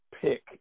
pick